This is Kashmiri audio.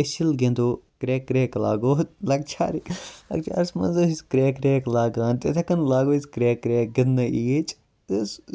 أسۍ ییٚلہِ گِنٛدو کریٚکہٕ کریٚکہٕ لاگو لَکچارٕکۍ لَکچارَس مَنٛز ٲسۍ کریٚکہٕ کریٚکہٕ لاگان تِتھاے کنۍ لاگو أسۍ کریٚکہٕ کریٚکہٕ گِنٛدنہٕ یِیٖچ